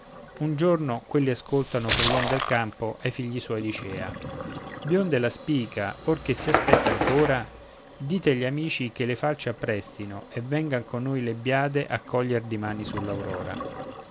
un giorno quelli ascoltano che l'uom del campo ai figli suoi dicea bionda è la spica or che si aspetta ancora dite agli amici che le falci apprestino e vengano con noi le biade a cogliere dimani